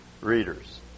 readers